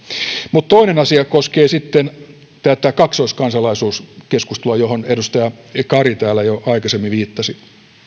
toinen asia koskee sitten tätä kaksoiskansalaisuuskeskustelua johon edustaja kari täällä jo aikaisemmin viittasi